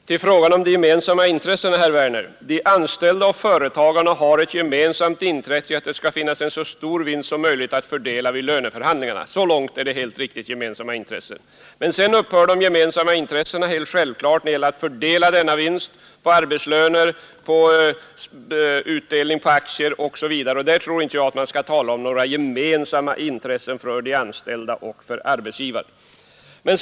Herr talman! De anställda och företagarna har ett gemensamt intresse av att det skall finnas så stor vinst som möjligt att fördela vid löneförhandlingarna. Så långt är det helt riktigt i fråga om ett gemensamt intresse. Men sedan upphör de gemensamma intressena helt självklart när det gäller att fördela denna vinst på arbetslöner, utdelning på aktier osv. Därvidlag tror jag inte att man skall tala om några gemensamma intressen för de anställda och för arbetsgivarna.